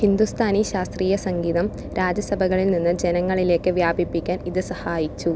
ഹിന്ദുസ്ഥാനി ശാസ്ത്രീയ സംഗീതം രാജസഭകളിൽ നിന്ന് ജനങ്ങളിലേക്ക് വ്യാപിപ്പിക്കാൻ ഇത് സഹായിച്ചു